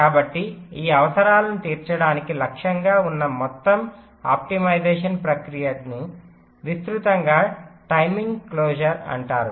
కాబట్టి ఈ అవసరాలను తీర్చడానికి లక్ష్యంగా ఉన్న మొత్తం ఆప్టిమైజేషన్ ప్రక్రియను విస్తృతంగా టైమింగ్ క్లోజర్అంటారు